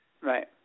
Right